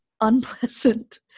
unpleasant